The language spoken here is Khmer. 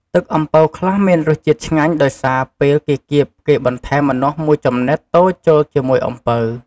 ទឹកអំពៅខ្លះមានរសជាតិឆ្ងាញ់ដោយសារ ពេលគេគៀបគេបន្ថែមម្នាស់មួយចំណិតតូចចូលជាមួយអំពៅ។